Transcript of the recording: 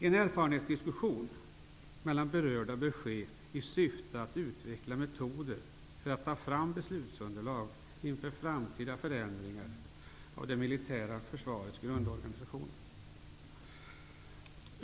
En erfarenhetsdiskussion mellan berörda bör ske i syfte att utveckla metoderna för att ta fram beslutsunderlag inför framtida förändringar av det militära försvarets grundorganisation.''